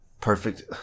Perfect